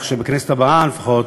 כך שבכנסת הבאה לפחות